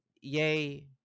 yay